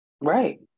Right